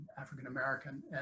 African-American